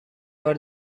بار